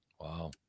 Wow